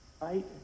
Right